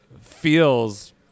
feels